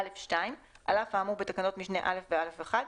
(א2) על אף האמור בתקנות משנה (א) ו-(א1),